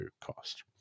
cost